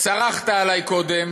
צרחת עלי קודם